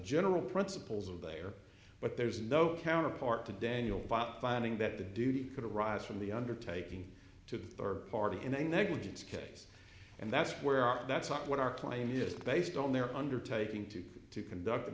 general principles of there but there's no counterpart to daniel finding that the duty could arise from the undertaking to the third party in a negligence case and that's where our that's not what our claim is based on their undertaking to conduct an